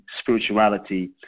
spirituality